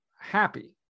happy